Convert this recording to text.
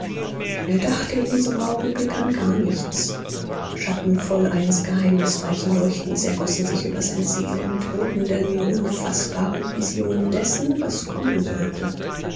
er dachte in diesem augenblick an gar nichts schatten voll eines geheimnisreichen leuchtens ergossen sich über seine seele mit wogenden unfaßbaren visionen dessen was kommen sollte